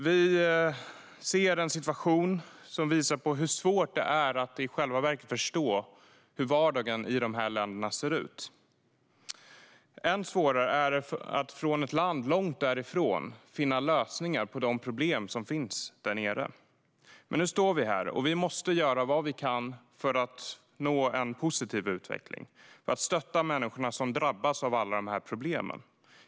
Vi ser en situation som visar på hur svårt det är att förstå hur vardagen i dessa länder ser ut. Än svårare är det att från ett land långt därifrån finna lösningar på problemen. Men nu står vi här, och vi måste göra vad vi kan för att nå en positiv utveckling och stötta människorna som drabbas av alla problemen.